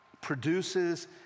produces